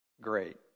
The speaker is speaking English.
Great